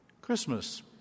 Christmas